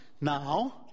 Now